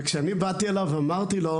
וכשאני באתי אליו ואמרתי לו,